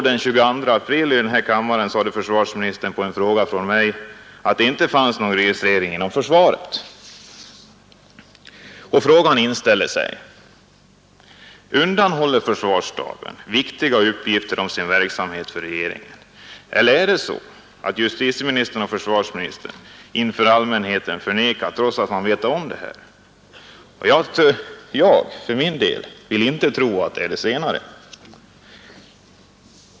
Den 22 april förra året förklarade försvarsministern i denna kammare på en fråga av mig att det inte förekom någon åsiktsregistrering inom försvaret. Då inställer sig frågan: Undanhåller försvarsstaben viktiga uppgifter om sin verksamhet för regeringen? Eller är det så att justitieministern och försvarsministern inför allmänheten förnekar att så är fallet, trots att man vet om registreringen? För min del vill jag inte tro att det senare är fallet.